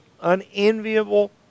unenviable